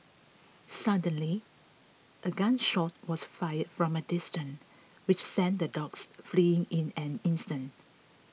suddenly a gun shot was fired from a distance which sent the dogs fleeing in an instant